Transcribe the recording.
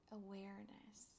awareness